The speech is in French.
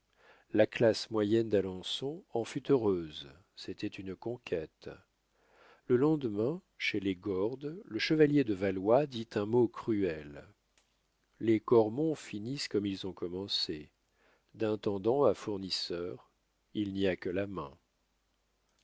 la classe moyenne d'alençon en fut heureuse c'était une conquête le lendemain chez les gordes le chevalier de valois dit un mot cruel les cormon finissent comme ils ont commencé d'intendant à fournisseur il n'y a que la main